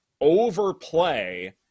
overplay